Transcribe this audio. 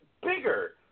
bigger